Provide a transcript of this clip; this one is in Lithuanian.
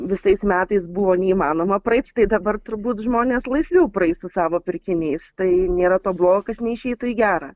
visais metais buvo neįmanoma praeiti tai dabar turbūt žmonės laisviau praeis su savo pirkiniais tai nėra to blogo kas neišeitų į gera